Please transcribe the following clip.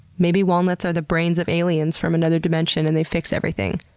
maybe walnuts are the brains of aliens from another dimension and they fix everything?